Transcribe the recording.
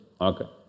okay